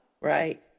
Right